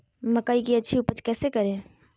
मकई की अच्छी उपज कैसे करे?